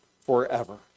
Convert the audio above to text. forever